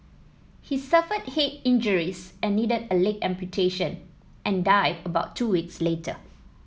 he suffered head injuries and needed a leg amputation and died about two weeks later